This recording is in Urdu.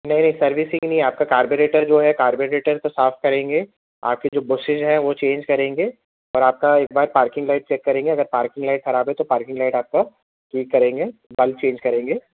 نہیں سروسنگ نہیں آپ کا کاربیریٹر جو ہے کاربیریٹر کو صاف کریں گے آپ کی جو بشیز ہیں وہ چینج کریں گے اور آپ کا ایک بار پاركنگ لائٹ چیک کریں گے اگر پارکنگ لائٹ خراب ہے تو پارکنگ لائٹ آپ کا ٹھیک کریں گے بلب چینج کریں گے